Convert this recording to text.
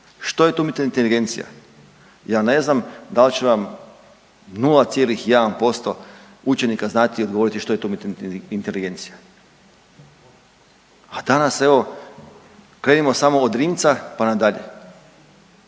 što je to umjetna inteligencija ja ne znam dal će vam 0,1% učenika znati odgovoriti što je to umjetna inteligencija, a danas evo krenimo samo od Rimca pa nadalje,